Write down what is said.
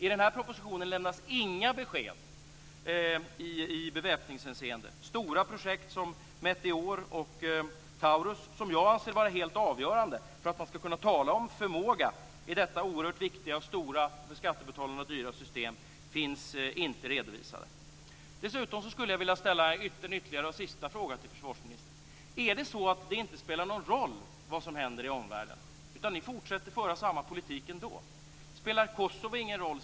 I den här propositionen lämnas inga besked i beväpningshänseende. Stora projekt som Meteor och Taurus, som jag anser vara helt avgörande för att man ska kunna tala om förmåga i detta oerhört viktiga, stora och för skattebetalarna dyra system, finns inte redovisade. Dessutom skulle jag vilja ställa en ytterligare och sista fråga till försvarsministern. Är det så att det inte spelar någon roll vad som händer i omvärlden? Är det så att ni fortsätter att föra samma politik ändå? Spelar Kosovo ingen roll?